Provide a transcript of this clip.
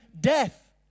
death